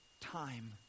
time